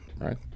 right